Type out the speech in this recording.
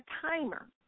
timer